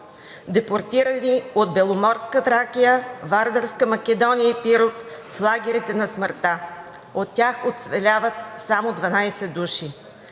депортирани от Беломорска Тракия, Вардарска Македония и Пирот в лагерите на смъртта. От тях оцеляват само 12 души.